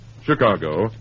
Chicago